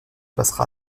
passera